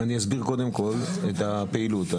אני קודם כל אסביר את הפעילות.